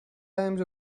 times